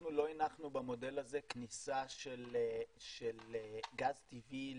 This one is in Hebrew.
אנחנו לא הנחנו במודל הזה כניסה של גז טבעי לבתים,